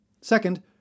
Second